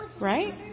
Right